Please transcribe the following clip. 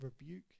Rebuke